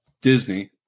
Disney